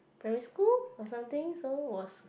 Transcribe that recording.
primary school or something so was